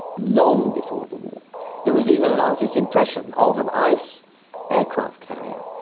long before the war there was even an artist's impression of an ice aircraft carrier,